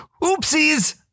Oopsies